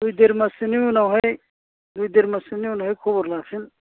दुइ देर माससोनि उनावहाय दुइ देरमाससोनि उनावहाय खबर लाफिन